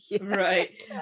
right